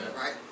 Right